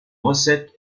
recette